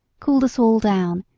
cooled us all down,